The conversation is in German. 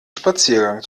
spaziergang